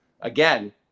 again